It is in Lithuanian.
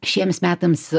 šiems metams